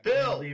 Bill